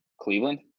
Cleveland